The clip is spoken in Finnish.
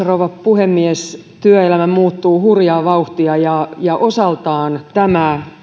rouva puhemies työelämä muuttuu hurjaa vauhtia ja ja osaltaan tämä